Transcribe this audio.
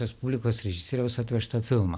respublikos režisieriaus atvežtą filmą